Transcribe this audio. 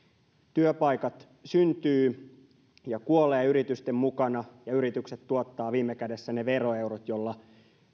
työpaikat syntyvät ja kuolevat yritysten mukana ja yritykset tuottavat viime kädessä ne veroeurot joilla